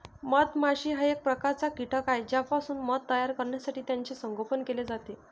मधमाशी हा एक प्रकारचा कीटक आहे ज्यापासून मध तयार करण्यासाठी त्याचे संगोपन केले जाते